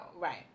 Right